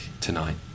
tonight